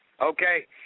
Okay